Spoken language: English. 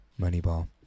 Moneyball